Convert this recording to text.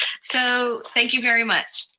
so thank you very much.